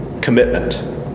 commitment